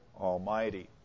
Almighty